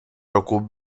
roku